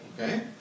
Okay